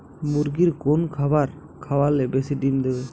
মুরগির কোন খাবার খাওয়ালে বেশি ডিম দেবে?